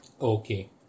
Okay